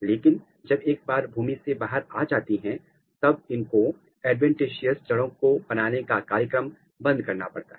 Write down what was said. लेकिन जब एक बार वह भूमि से बाहर आ जाती हैं तब उनको एडवांटेजियस जड़ों को बनाने का कार्यक्रम बंद करना पड़ता है